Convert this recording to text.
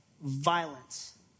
violence